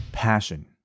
passion